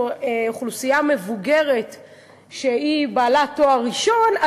אוכלוסייה מבוגרת שהיא בעלת תואר ראשון,